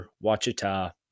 Wachita